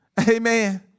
Amen